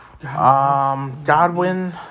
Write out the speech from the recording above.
Godwin